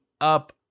up